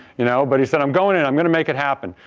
you know but he said i'm going in, i'm going to make it happen.